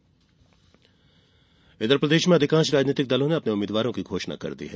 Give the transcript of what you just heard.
चुनाव प्रचार प्रदेश में अधिकांश राजनैतिक दलों ने अपने उम्मीदवारों की घोषणा कर दी है